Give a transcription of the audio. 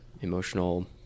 emotional